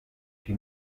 die